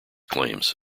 claims